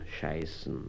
Scheißen